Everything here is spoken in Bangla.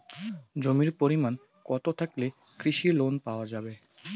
জমির পরিমাণ কতো থাকলে কৃষি লোন পাওয়া যাবে?